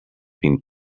been